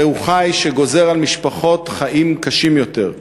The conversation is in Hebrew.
זהו ח"י שגוזר על משפחות חיים קשים יותר.